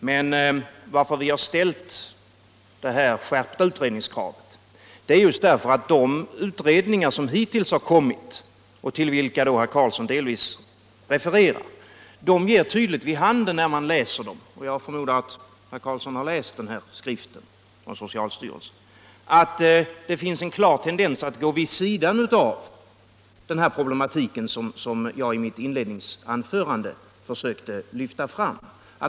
Men anledningen till att vi ställt det skärpta utredningskravet är just att de utredningar som hittills har kommit, och till vilka herr Karlsson delvis refererar, vid en läsning ger vid handen — jag förmodar att herr Karlsson har läst den här skriften från socialstyrelsen — att det finns en klar tendens att gå vid sidan av den problematik som jag i mitt inledningsanförande försökte lyfta fram.